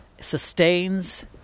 sustains